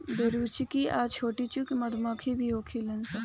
बरेचुकी आ छोटीचुकी मधुमक्खी भी होली सन